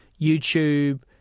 YouTube